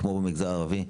כמו במגזר הערבי,